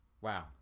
wow